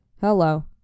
Hello